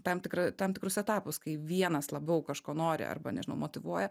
tam tikrą tam tikrus etapus kai vienas labiau kažko nori arba nežinau motyvuoja